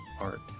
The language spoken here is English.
art